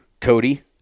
Cody